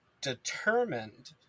determined